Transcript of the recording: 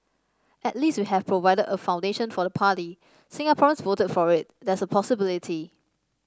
at least we have provided a foundation for the party Singaporeans voted for it there's a possibility